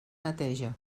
neteja